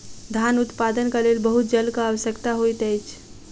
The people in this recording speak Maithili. धान उत्पादनक लेल बहुत जलक आवश्यकता होइत अछि